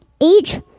age